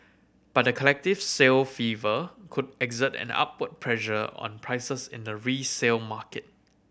but the collective sale fever could exert an upward pressure on prices in the resale market